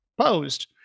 posed